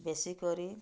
ବେଶୀ କରି